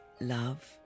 love